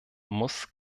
muss